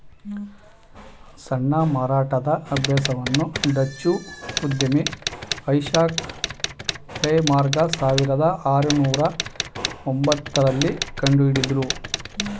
ಸಣ್ಣ ಮಾರಾಟದ ಅಭ್ಯಾಸವನ್ನು ಡಚ್ಚು ಉದ್ಯಮಿ ಐಸಾಕ್ ಲೆ ಮಾರ್ಗ ಸಾವಿರದ ಆರುನೂರು ಒಂಬತ್ತ ರಲ್ಲಿ ಕಂಡುಹಿಡುದ್ರು